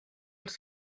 els